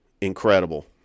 incredible